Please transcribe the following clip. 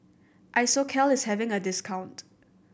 Isocal is having a discount